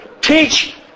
teach